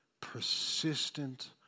Persistent